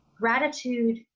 gratitude